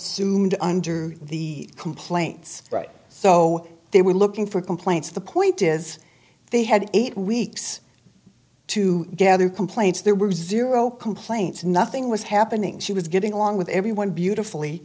d under the complaints so they were looking for complaints the point is they had eight weeks to gather complaints there were zero complaints nothing was happening she was getting along with everyone beautifully